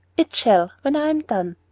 it shall, when i am done.